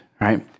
right